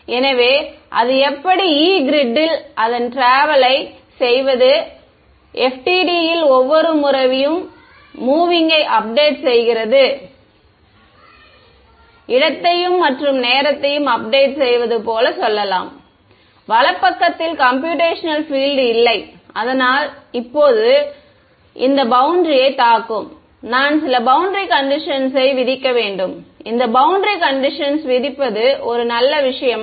எனவே அது எப்படி Yee கிரிட் ல் அதன் ட்ராவல் ஐ செய்வது FDTD ல் ஒவ்வொரு முறையும் மூவிங் ஐ அப்டேட் செய்கிறது இடத்தையும் மற்றும் நேரத்தையும் அப்டேட் செய்வது போல சொல்லலாம் வலப்பக்கத்தில் கம்பூயூடேஷனல் ஃபில்ட் இல்லை அதனால் இப்போது இந்த பௌண்டரியைத் தாக்கும் நான் சில பௌண்டரி கண்டிஷன்ஸ் யை விதிக்க வேண்டும் இந்த பௌண்டரி கண்டிஷன்ஸ் விதிப்பது ஒரு நல்ல விஷயமா